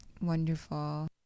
wonderful